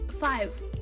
five